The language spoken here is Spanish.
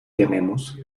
tenemos